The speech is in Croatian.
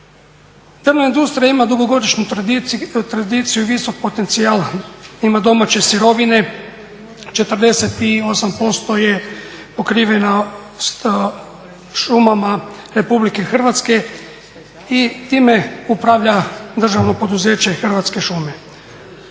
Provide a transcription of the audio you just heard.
Drvna industrija ima dugogodišnju tradiciju i visoki potencijal, ima domaće sirovine, 48% je pokrivenost šumama RH i time upravlja državno poduzeće Hrvatske šume.